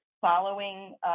following